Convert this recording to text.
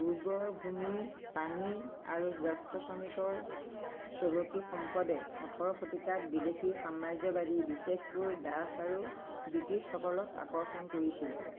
উৰ্বৰ ভূমি পানী আৰু দক্ষ শ্ৰমিকৰ চহকী সম্পদে ওঠৰ শতিকাত বিদেশী সাম্ৰাজ্যবাদী বিশেষকৈ ডাচ্ছ আৰু ব্ৰিটিছসকলক আকৰ্ষণ কৰিছিল